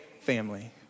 family